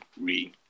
re